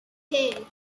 hey